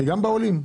וגם בעולים.